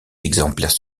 exemplaires